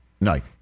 night